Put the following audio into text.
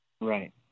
Right